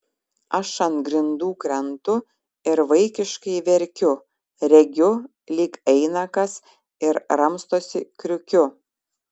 aš ant grindų krentu ir vaikiškai verkiu regiu lyg eina kas ir ramstosi kriukiu